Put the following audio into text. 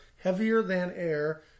heavier-than-air